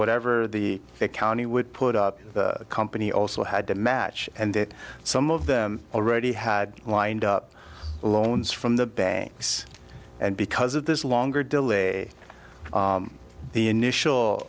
whatever the county would put up the company also had to match and that some of them already had lined up loans from the banks and because of this longer delay the initial